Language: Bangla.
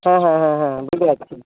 হ্যাঁ হ্যাঁ হ্যাঁ হ্যাঁ বুঝতে পারছি